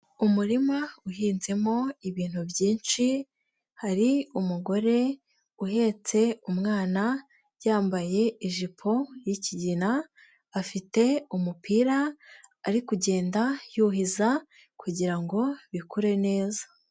Umurima uhinzemo ibintu byinshi hari umugore uhetse umwana yambaye ijipo y'ikigina, afite umupira ari kugenda yuhiza kugira ngo bikure neza.